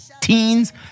teens